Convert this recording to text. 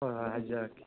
ꯍꯣꯏ ꯍꯣꯏ ꯍꯥꯏꯖꯔꯛꯀꯦ